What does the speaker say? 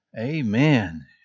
Amen